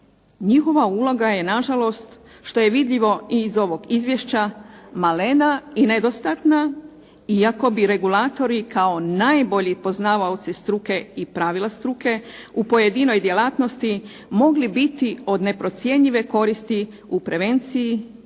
njihova uloga je nažalost što je vidljivo i iz ovog izvješća malena i nedostatna, iako bi regulatori kao najbolji poznavaoci struke i pravila struke u pojedinoj djelatnosti mogli biti od neprocjenjive koristi u prevenciji